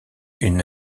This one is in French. une